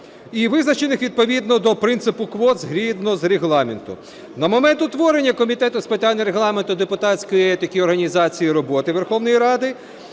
і визначених відповідно до принципу квот згідно з Регламенту. На момент утворення Комітету з питань Регламенту, депутатської етики і організації роботи Верховної Ради